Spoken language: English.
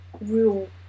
rule